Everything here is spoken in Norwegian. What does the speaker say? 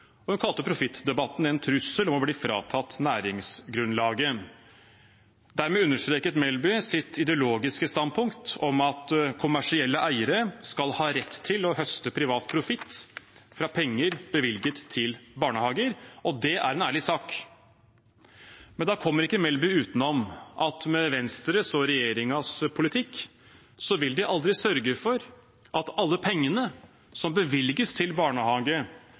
og hun kalte profittdebatten en trussel om å bli fratatt næringsgrunnlaget. Dermed understreket Melby sitt ideologiske standpunkt om at kommersielle eiere skal ha rett til å høste privat profitt fra penger bevilget til barnehager, og det er en ærlig sak. Men da kommer ikke Melby utenom at med Venstres og regjeringens politikk vil man aldri sørge for at alle pengene som bevilges til barnehage,